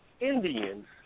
Indians